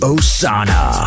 Osana